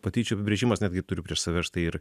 patyčių apibrėžimas netgi turiu prieš save štai ir